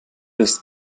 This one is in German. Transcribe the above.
ist